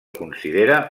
considera